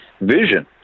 vision